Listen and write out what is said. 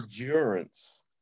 endurance